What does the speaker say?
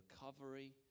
recovery